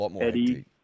Eddie